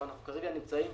וכרגע אנחנו נמצאים